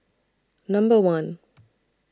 Number one